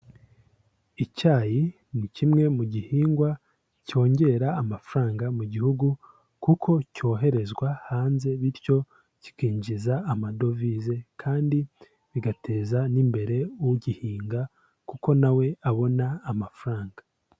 Icyayi ni kimwe mu gihingwa cyongera amafaranga mu gihugu kuko cyoherezwa hanze, bityo kikinjiza amadovize kandi bigateza n'imbere ugihinga kuko na we abona amafaranga.